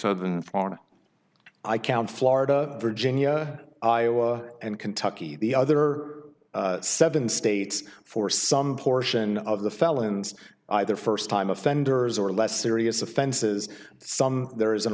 than florida i count florida virginia iowa and kentucky the other seven states for some portion of the felons either first time offenders or less serious offenses some there is an